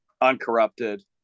uncorrupted